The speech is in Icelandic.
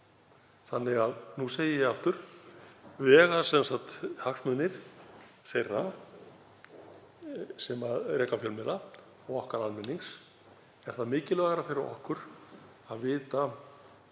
Þannig að nú segi ég aftur: Vega hagsmunir þeirra sem reka fjölmiðla og okkar almennings þyngra? Er það mikilvægara fyrir okkur að vita